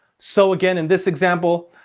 so again in this example,